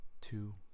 two